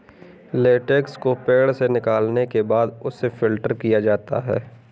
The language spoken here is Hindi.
लेटेक्स को पेड़ से निकालने के बाद उसे फ़िल्टर किया जाता है